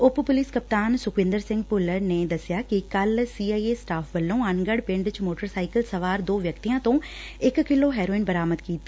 ਉਪ police ਕਪਤਾਨ ਸੁਖਵਿੰਦਰ ਸਿੰਘ ਭੁੱਲਰ ਨੇ ਜਾਣਕਾਰੀ ਦਿੰਦਿਆਂ ਦਸਿਐ ਕਿ ਕੱਲ੍ਹ ਸੀ ਆਈ ਏ ਸਟਾਫ਼ ਵੱਲੋਂ ਅਨਗੜੂ ਪਿੰਡ ਚ ਮੋਟਰ ਸਾਈਕਲ ਸਵਾਰ ਦੋ ਵਿਅਕਤੀਆਂ ਤੋਂ ਇਕ ਕਿਲੋ ਹੈਰੋਇਨ ਬਰਾਮਦ ਕੀਤੀ